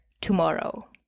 tomorrow